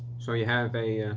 so you have a